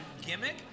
gimmick